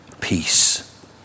peace